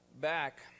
back